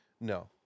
No